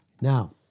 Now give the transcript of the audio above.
Now